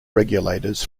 regulators